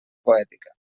poètica